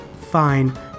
Fine